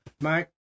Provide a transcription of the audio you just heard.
Mike